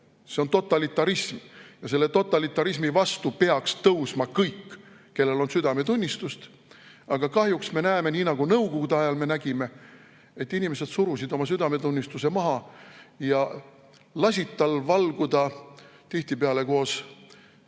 See on totalitarism ja totalitarismi vastu peaks tõusma kõik, kellel on südametunnistust. Aga kahjuks me näeme, nagu me nõukogude ajal nägime, et inimesed surusid oma südametunnistuse maha ja lasid tal valguda tihtipeale koos